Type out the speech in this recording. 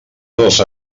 dos